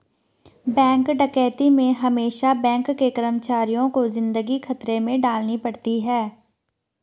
bank डकैती में हमेसा बैंक के कर्मचारियों को जिंदगी खतरे में डालनी पड़ती है